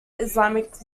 islamic